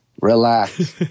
relax